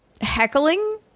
heckling